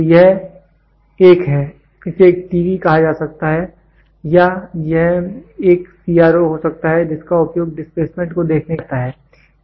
तो यह एक है इसे एक टीवी कहा जा सकता है या यह एक सीआरओ हो सकता है जिसका उपयोग डिस्प्लेसमेंट को देखने के लिए किया जाता है